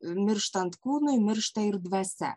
mirštant kūnui miršta ir dvasia